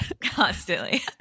constantly